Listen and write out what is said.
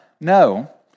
No